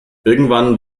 irgendwann